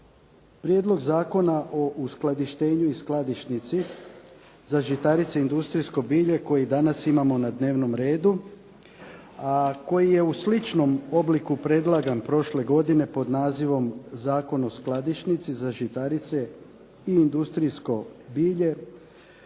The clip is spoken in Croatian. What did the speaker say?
Prijedlog Zakona o uskladištenju i skladišnici za žitarice i industrijsko bilje koji danas imamo na dnevnom redu, a koji je u sličnom obliku predlagan prošle godine pod nazivom Zakon o skadišnici za žitarice i industrijsko bilje,